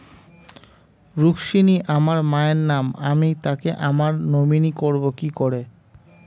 রুক্মিনী আমার মায়ের নাম আমি তাকে আমার নমিনি করবো কি করে?